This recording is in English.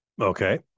Okay